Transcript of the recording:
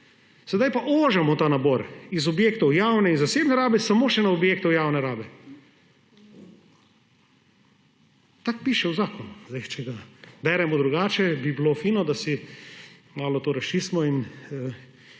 Sedaj pa ožamo ta nabor z objektov javne in zasebne rabe samo še na objekte javne rabe. Tako piše v zakonu. Sedaj, če ga beremo drugače, bi bilo fino, da si malo to razčistimo,